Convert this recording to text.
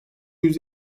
yüz